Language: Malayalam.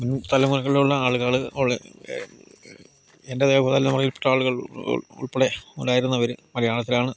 മുൻ തലമുറകളിലുള്ള ആളുകള് ഉള്ള എൻ്റെ അതെ തലമുറയിൽപെട്ട ആളുകൾ ഉൾപ്പെടെ ഉണ്ടായിരുന്നവര് മലയാളത്തിലാണ്